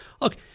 Look